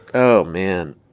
oh, man.